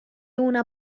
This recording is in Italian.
una